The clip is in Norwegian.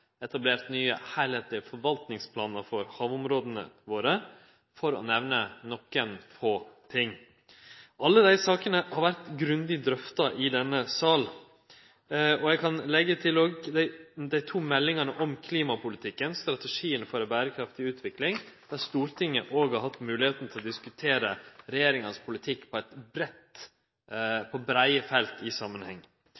etablert nye heilskaplege forvaltningsplanar for havområda våre, for å nemne nokre få ting. Alle dei sakene har vore grundig drøfta i denne salen. Eg kan òg leggje til dei to meldingane om klimapolitikken og strategien for ei berekraftig utvikling. Her har Stortinget òg hatt moglegheit til breitt å diskutere regjeringas politikk.